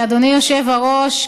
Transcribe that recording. אדוני היושב-ראש,